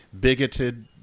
bigoted